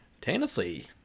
tennessee